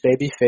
babyface